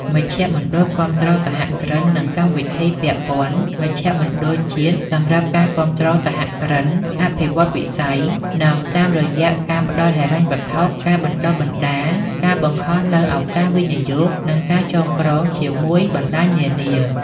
មជ្ឈមណ្ឌលគាំទ្រសហគ្រិន និងកម្មវិធីពាក់ព័ន្ធមជ្ឈមណ្ឌលជាតិសម្រាប់ការគាំទ្រសហគ្រិន អភិវឌ្ឍវិស័យ និង តាមរយៈការផ្ដល់ហិរញ្ញវត្ថុ ការបណ្តុះបណ្តាលការបង្ហោះនូវឱកាសវិនិយោគ និងការចងក្រងជាមួយ បណ្តាញនានា។